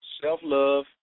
self-love